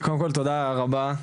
קודם כל תודה רבה,